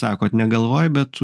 sakote negalvoji bet